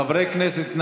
חברי הכנסת,